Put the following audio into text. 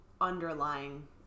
underlying